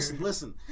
Listen